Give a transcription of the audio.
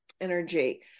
energy